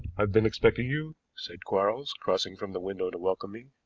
have been expecting you, said quarles, crossing from the window to welcome me.